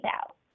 out